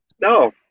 No